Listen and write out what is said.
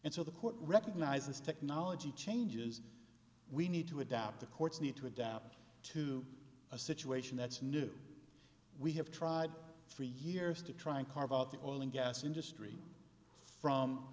and so the court recognizes technology changes we need to adapt the courts need to adapt to a situation that's new we have tried for years to try and carve out the oil and gas industry from